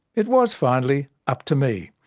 it was, finally, up to me.